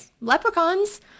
Leprechauns